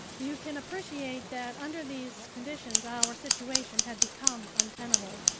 you can appreciate that under these conditions, our situation had become untenable.